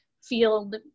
field